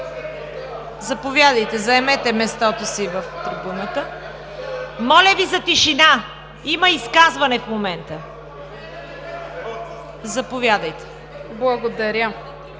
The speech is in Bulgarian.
заповядайте, заемете мястото си в трибуната! Моля Ви за тишина! Има изказване в момента. Заповядайте. ТЕОДОРА